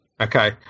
Okay